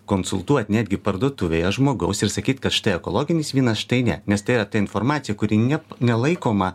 konsultuot netgi parduotuvėje žmogaus ir sakyt kad štai ekologinis vynas štai ne nes tai yra ta informacija kuri nep nelaikoma